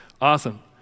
Awesome